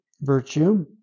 virtue